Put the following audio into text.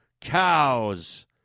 cows